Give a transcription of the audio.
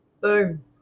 Boom